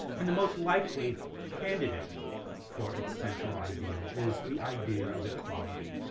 and the most likely candidate for its central idea is the idea of equality.